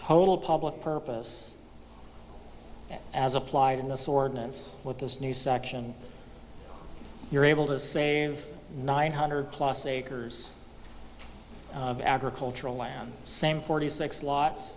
total public purpose as applied in this ordinance with this new section you're able to save nine hundred plus acres of agricultural land same forty six lots